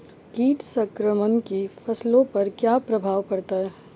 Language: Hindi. कीट संक्रमण से फसलों पर क्या प्रभाव पड़ता है?